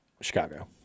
chicago